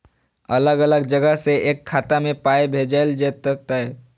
अलग अलग जगह से एक खाता मे पाय भैजल जेततै?